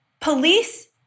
Police